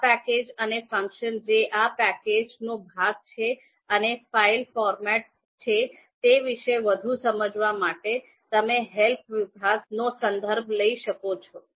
આ પેકેજ અને ફંક્શન જે આ પેકેજનો ભાગ છે અને ફાઈલ ફોર્મેટ છે તે વિશે વધુ સમજવા માટે તમે હેલ્પ વિભાગનો સંદર્ભ લઈ શકો છો